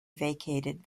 vacated